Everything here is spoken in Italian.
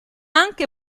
anche